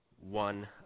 one